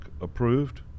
approved